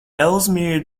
ellesmere